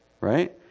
Right